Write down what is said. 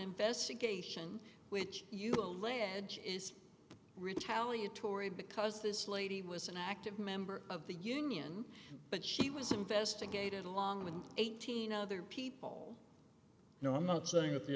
investigation which you allege is retaliatory because this lady was an active member of the union but she was investigated along with eighteen other people you know i'm not saying that the